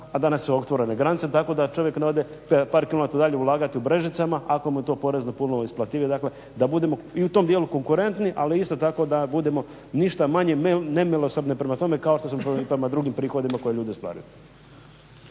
a danas su otvorene granice tako da čovjek ne ode par kilometara dalje ulagati u Brežicama ako mu je to porezno puno isplativije. Dakle, da budemo i u tom dijelu konkurentni, ali isto tako da budemo ništa manje nemilosrdni prema tome kao što smo prema drugim prihodima koje ljudi ostvaruju.